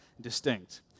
distinct